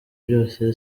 byose